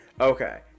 okay